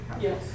Yes